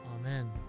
Amen